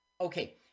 Okay